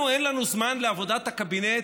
אין לנו זמן לעבודת הקבינט,